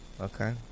Okay